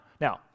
Now